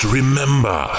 remember